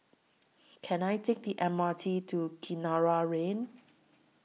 Can I Take The M R T to Kinara Lane